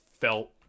felt